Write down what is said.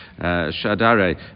Shadare